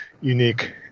unique